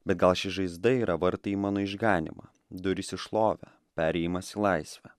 bet gal ši žaizda yra vartai į mano išganymą durys į šlovę perėjimas į laisvę